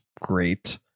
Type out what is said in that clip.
great